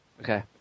Okay